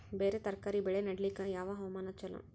ಬೇರ ತರಕಾರಿ ಬೆಳೆ ನಡಿಲಿಕ ಯಾವ ಹವಾಮಾನ ಚಲೋ?